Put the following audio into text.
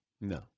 No